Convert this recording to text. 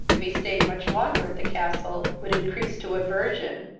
if he stayed much longer at the castle, would increase to aversion.